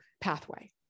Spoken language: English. pathway